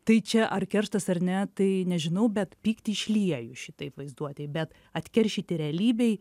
tai čia ar kerštas ar ne tai nežinau bet pyktį išlieju šitaip vaizduotėj bet atkeršyti realybėj